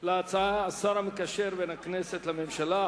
על ההצעה השר המקשר בין הכנסת לממשלה,